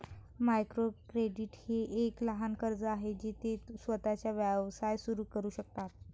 micro credit हे एक लहान कर्ज आहे जे ते स्वतःचा व्यवसाय सुरू करू शकतात